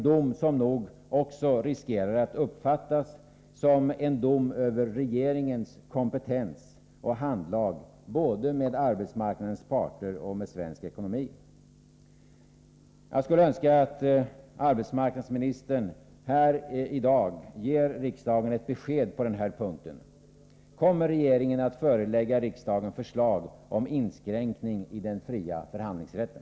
Den riskerar att uppfattas också som en dom över regeringens kompetens och över dess handlag både med arbetsmarknadens parter och med svensk ekonomi. Jag skulle önska att arbetsmarknadsministern i dag ger riksdagen ett besked på den här punkten. Kommer regeringen att förelägga riksdagen förslag om inskränkning i den fria förhandlingsrätten?